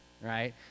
right